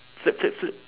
flip flip flip